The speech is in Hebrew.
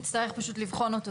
--- אנחנו נצטרך פשוט לבחון אותו.